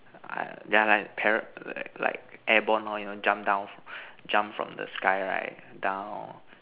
yeah lah para like airborne lor you know jump down jump from the sky right down